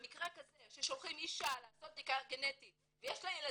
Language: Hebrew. במקרה כזה ששולחים אישה לעשות בדיקה גנטית ויש לה ילדים,